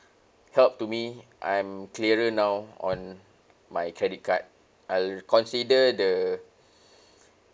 help to me I'm clearer now on my credit card I'll consider the